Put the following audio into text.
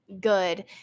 good